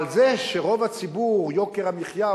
אבל זה שרוב הציבור יוקר המחיה,